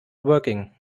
working